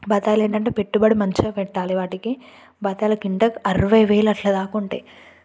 బత్తాయిలు ఏంటంటే పెట్టుబడి మంచిగా పెట్టాలి వాటికి బత్తాయిలు క్వింటాకి అరవై వేలు అట్ల దాకా ఉంటాయి